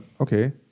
okay